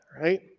right